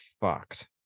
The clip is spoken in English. fucked